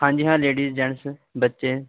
ਹਾਂਜੀ ਹਾਂ ladies gents ਬੱਚੇ